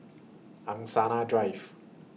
Angsana Drive